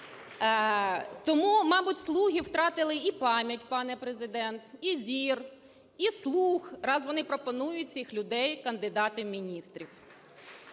Тому, мабуть, "слуги" втратили і пам'ять, пане Президенте, і зір, і слух, раз вони пропонують цих людей в кандидати міністрів.